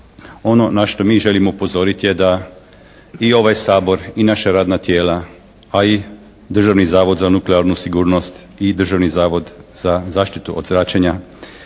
ono na što mi želimo upozoriti je da i ovaj Sabor i naša radna tijela, a i Državni zavod za nuklearnu sigurnost i Državni zavod za zaštitu od zračenja